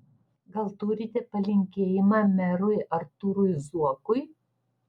gal turite palinkėjimą merui artūrui zuokui